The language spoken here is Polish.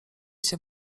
się